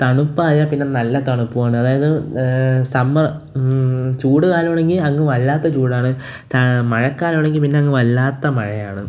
തണുപ്പായാൽ പിന്നെ നല്ല തണുപ്പുമാണ് അതായത് സമ്മർ ചൂടുകാലമാണെങ്കില് അങ്ങ് വല്ലാത്ത ചൂടാണ് മഴക്കാലമാണെങ്കില് പിന്നങ്ങ് വല്ലാത്ത മഴയാണ്